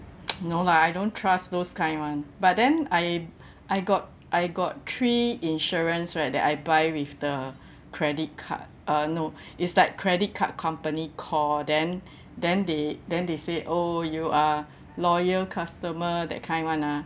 no lah I don't trust those kind [one] but then I I got I got three insurance right that I buy with the credit card uh no it's like credit card company call then then they then they say oh you are loyal customer that kind [one] ah